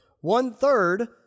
One-third